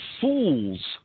fools